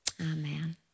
Amen